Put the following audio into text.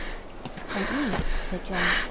thank ye, said john,